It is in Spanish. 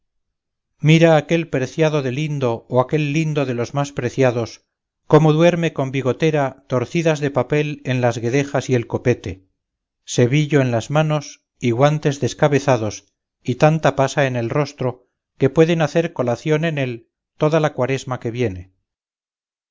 mira aquel preciado de lindo o aquel lindo de los más preciados cómo duerme con bigotera torcidas de papel en las guedejas y el copete sebillo en las manos y guantes descabezados y tanta pasa en el rostro que pueden hacer colación en él toda la cuaresma que viene